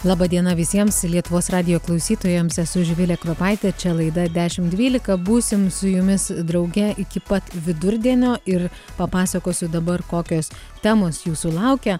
laba diena visiems lietuvos radijo klausytojams esu živilė kropaitė čia laida dešimt dvylika būsim su jumis drauge iki pat vidurdienio ir papasakosiu dabar kokios temos jūsų laukia